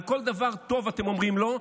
על כל דבר טוב אתם אומרים לא,